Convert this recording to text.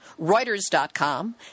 Reuters.com